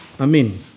Amen